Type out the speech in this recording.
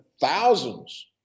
thousands